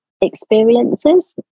experiences